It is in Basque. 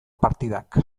partidak